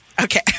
okay